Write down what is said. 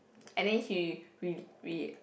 and then he re~ re~